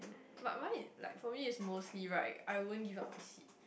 but mine i~ like for me is mostly right I won't give up my seat